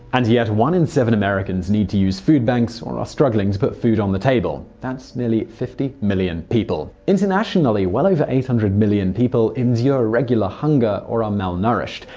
and yet, one in seven americans need to use food banks or are struggling to put food on the table. that's nearly fifty million people. internationally, internationally, well over eight hundred million people endure regular hunger or are malnourished.